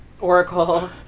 Oracle